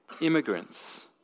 immigrants